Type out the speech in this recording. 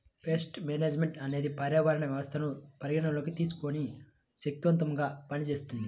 paste management అనేది పర్యావరణ వ్యవస్థను పరిగణలోకి తీసుకొని శక్తిమంతంగా పనిచేస్తుంది